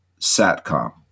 SATCOM